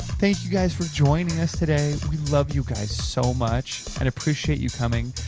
thank you guys for joining us today. we love you guys so much. and appreciate you coming.